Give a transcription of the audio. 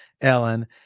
Ellen